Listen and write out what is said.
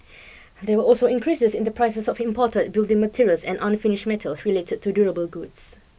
there were also increases in the prices of imported building materials and unfinished metals related to durable goods